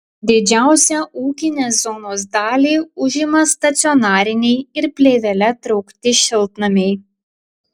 didžiausią ūkinės zonos dalį užima stacionariniai ir plėvele traukti šiltnamiai